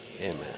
Amen